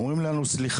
אומרים לנו סליחה,